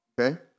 okay